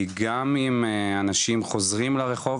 כי גם אם אנשים חוזרים לרחוב,